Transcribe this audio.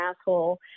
asshole